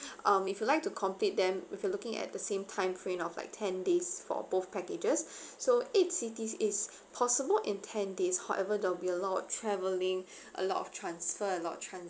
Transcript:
um if you like to complete them if you looking at the same time frame of like ten days for both packages so eight cities is possible in ten days however there will be a lot of traveling a lot of transfer a lot of transit